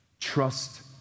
trust